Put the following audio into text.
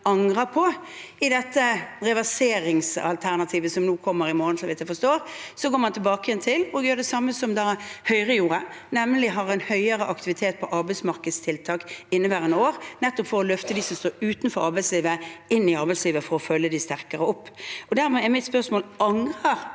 angrer på. I det reverseringsalternativet som kommer i morgen, går man, så vidt jeg forstår, tilbake til å gjøre det samme som det Høyre gjorde, nemlig å ha en høyere aktivitet på arbeidsmarkedstiltak i inneværende år, nettopp for å løfte dem som står utenfor arbeidslivet inn i arbeidslivet og følge dem sterkere opp. Dermed er mitt spørsmål: Angrer